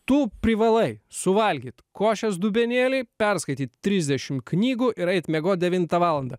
tu privalai suvalgyt košės dubenėlį perskaityt trisdešim knygų ir eit miegot devintą valandą